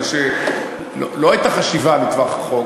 כי לא הייתה חשיבה לטווח ארוך,